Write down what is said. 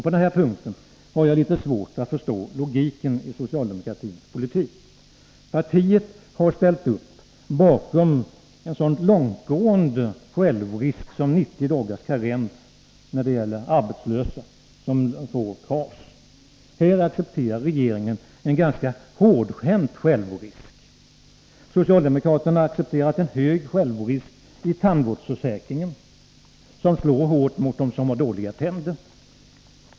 På den punkten har jag litet svårt att förstå logiken i socialdemokratins politik. Partiet har ställt upp bakom en så långtgående självrisk som 90 dagars karens när det gäller arbetslösa som får KAS. Där accepterar regeringen en ganska hårdhänt självrisk. Socialdemokraterna accepterar en hög självrisk i tandvårdsförsäkringen, som slår hårt mot dem som har dåliga tänder.